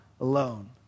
alone